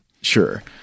Sure